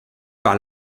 par